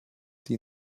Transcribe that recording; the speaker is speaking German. die